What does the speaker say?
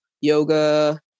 yoga